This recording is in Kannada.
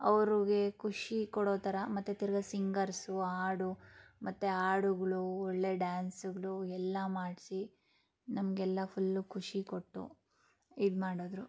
ಅವ್ರಿಗೆ ಖುಷಿ ಕೊಡೊ ಥರ ಮತ್ತು ತಿರ್ಗಿ ಸಿಂಗರ್ಸು ಹಾಡು ಮತ್ತು ಹಾಡುಗ್ಳು ಒಳ್ಳೆಯ ಡ್ಯಾನ್ಸುಗ್ಳು ಎಲ್ಲ ಮಾಡಿಸಿ ನಮಗೆಲ್ಲ ಫುಲ್ಲು ಖುಷಿ ಕೊಟ್ಟು ಇದು ಮಾಡಿದ್ರು